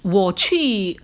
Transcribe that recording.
我去